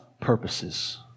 purposes